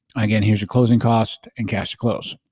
again, here's your closing cost and cash close.